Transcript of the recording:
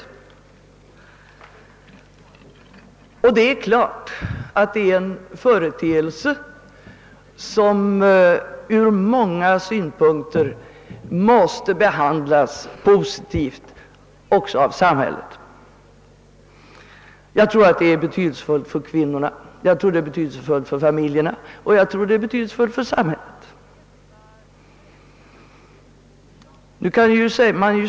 Detta är en företeelse som också ur många synpunkter måste behandlas positivt av samhället. Jag tror att det är betydelsefullt för kvinnorna, för familjerna och även för samhället.